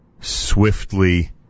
swiftly